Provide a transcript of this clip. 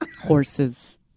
horses